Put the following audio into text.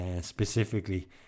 specifically